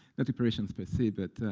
not reparations per se, but